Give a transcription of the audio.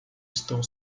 estão